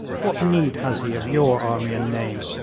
what need has he of your army and name?